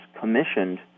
commissioned